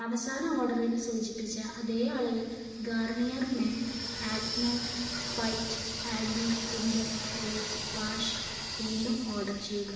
അവസാന ഓർഡറിൽ സൂചിപ്പിച്ച അതേ അളവിൽ Garnier men acno fight anti pimple face wash വീണ്ടും ഓർഡർ ചെയ്യുക